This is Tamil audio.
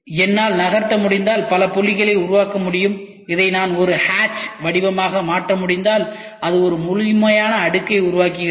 என்னால் நகர்த்த முடிந்தால் பல புள்ளிகளை உருவாக்க முடியும் அதை நான் ஒரு ஹட்ச் வடிவமாக மாற்ற முடிந்தால் அது ஒரு முழுமையான அடுக்கை உருவாக்குகிறது